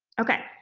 okay,